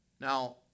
now